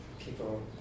People